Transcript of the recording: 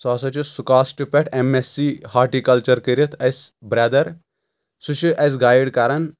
سُہ ہسا چھُ سکاسٹہٕ پؠٹھ ایٚم ایٚس سی ہاٹِکلچر کٔرِتھ اَسہِ برٛدر سُہ چھُ اَسہِ گایِڈ کران